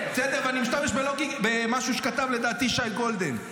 ואני משתמש במשהו שכתב לדעתי שי גולדן.